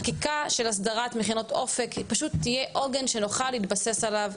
חקיקה של הסדרת מכינות אופק פשוט תהיה עוגן שנוכל להתבסס עליו,